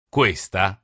Questa